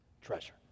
treasure